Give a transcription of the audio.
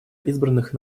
избранных